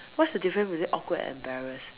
what's the difference between awkward and embarrassed